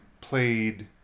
played